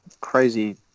crazy